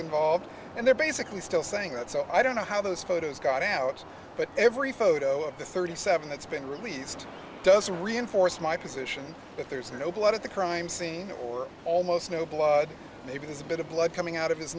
involved and they're basically still saying that so i don't know how those photos got out but every photo of the thirty seven that's been released doesn't reinforce my position that there's no blood at the crime scene or almost no blood maybe there's a bit of blood coming out of his